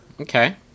Okay